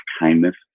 kindness